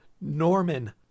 Norman